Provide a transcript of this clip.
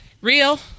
real